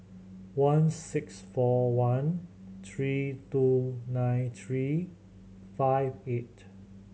one six four one three two nine three five eight